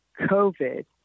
COVID